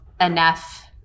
enough